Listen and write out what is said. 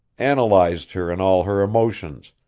analyzed her in all her emotions,